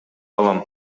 алам